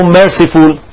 merciful